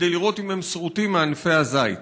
כדי לראות אם הם שרוטים מענפי הזית.